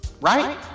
Right